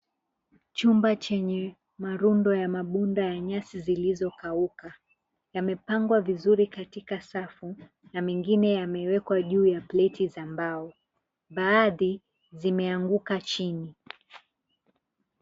Chumba chenye marundo ya mabunda ya nyasi zilizokauka yamepangwa vizuri katika safu na mengine yamewekwa juu ya pleti za mbao. Baadhi zimeanguka chini.